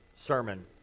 sermon